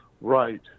right